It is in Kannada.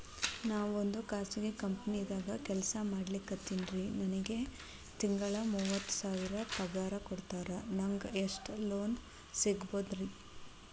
ನಾವೊಂದು ಖಾಸಗಿ ಕಂಪನಿದಾಗ ಕೆಲ್ಸ ಮಾಡ್ಲಿಕತ್ತಿನ್ರಿ, ನನಗೆ ತಿಂಗಳ ಮೂವತ್ತು ಸಾವಿರ ಪಗಾರ್ ಕೊಡ್ತಾರ, ನಂಗ್ ಎಷ್ಟು ಲೋನ್ ಸಿಗಬೋದ ರಿ?